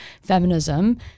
feminism